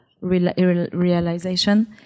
realization